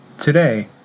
Today